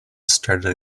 started